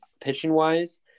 pitching-wise